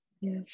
Yes